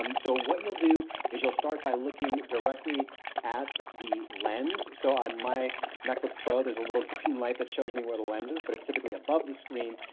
um so what you'll do is start by looking directly at the lens. so on my macbook pro there's a little green light that shows me where the lens is. but it's typically above the screen.